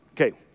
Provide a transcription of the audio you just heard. Okay